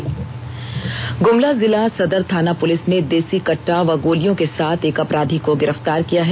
गिरफ्तार गुमला जिला सदर थाना पुलिस ने देसी कट्टा व गोलियों के साथ एक अपराधी को गिरफ्तार किया है